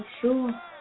Sure